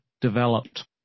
developed